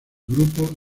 grupo